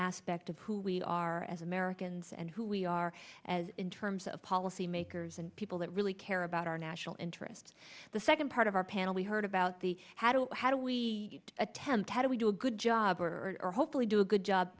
aspect of who we are as americans and who we are as in terms of policy makers and people that really care about our national interest the second part of our panel we heard about the how do how do we attempt how do we do a good job for hopefully do a good job